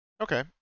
okay